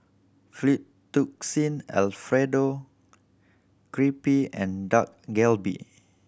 Fettuccine Alfredo Crepe and Dak Galbi